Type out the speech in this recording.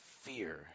fear